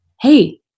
hey